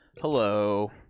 Hello